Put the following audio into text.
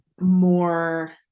more